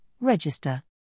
register